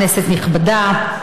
כנסת נכבדה,